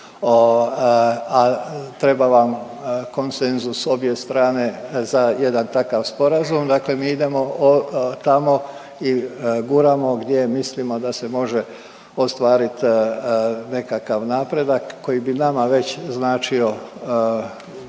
a treba vam konsenzus obje strane za jedan takav sporazum, dakle mi idemo tamo i guramo gdje mislimo da se može ostvarit nekakav napredak koji bi nama već značio puno